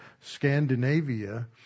Scandinavia